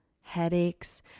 headaches